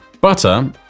Butter